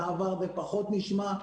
בעבר זה פחות נשמע,